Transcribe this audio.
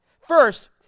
First